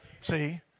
See